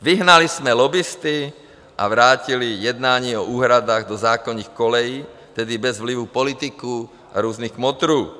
Vyhnali jsme lobbisty a vrátili jednání o úhradách do zákonných kolejí, tedy bez vlivu politiků a různých kmotrů.